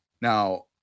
now